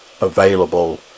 available